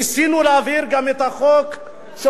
ניסינו להעביר גם את החוק של,